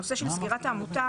הנושא של סגירת העמותה